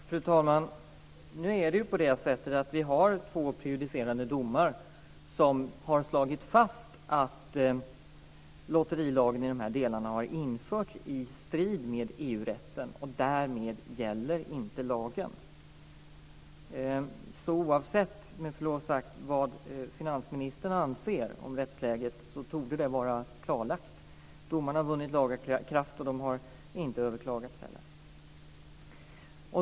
Fru talman! Nu har vi två prejudicerande domar som har slagit fast att lotterilagen i dessa delar har införts i strid med EU-rätten, och därmed gäller inte lagen. Oavsett vad finansministern, med förlov sagt, anser om rättsläget torde det vara klarlagt. Domarna har vunnit laga kraft, och de har heller inte överklagats.